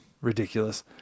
ridiculous